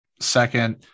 second